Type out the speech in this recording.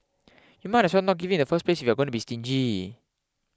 you might as well not give it in the first place if you're going to be stingy